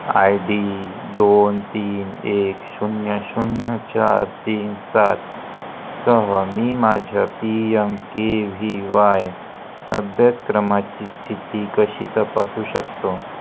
I D दोन तीन एक शून्य शून्य चार तीन सातसह मी माझ्या P M K V Y अभ्यासक्रमाची स्थिती कशी तपासू शकतो